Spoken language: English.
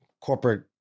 corporate